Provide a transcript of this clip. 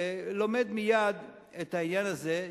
לומד מייד את העניין הזה,